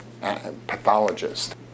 pathologist